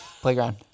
playground